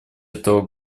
этого